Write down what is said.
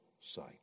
sight